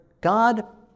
God